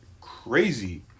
crazy